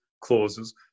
clauses